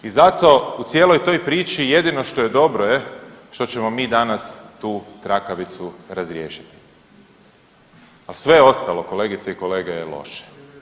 I zato u cijeloj toj priči jedini što dobro je što ćemo mi danas tu trakavicu razriješiti, a sve ostalo kolegice i kolege je loše.